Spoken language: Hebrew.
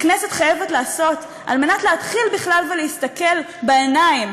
הכנסת חייבת לעשות כדי להתחיל בכלל להסתכל בעיניים